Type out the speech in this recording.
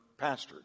pastored